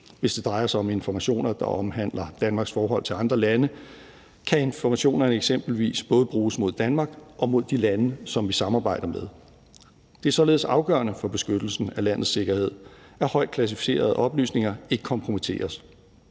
Hvis det drejer sig om informationer, der omhandler Danmarks forhold til andre lande, kan informationerne eksempelvis både bruges mod Danmark og mod de lande, som vi samarbejder med. Det er således afgørende for beskyttelsen af landets sikkerhed, at højtklassificerede oplysninger ikke kompromitteres.